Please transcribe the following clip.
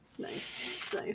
Nice